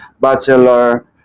bachelor